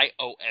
iOS